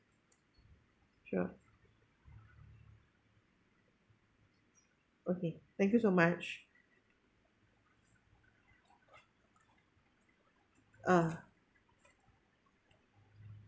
sure okay thank you so much uh